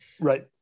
Right